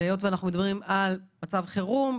היות שאנחנו מדברים על מצב חירום,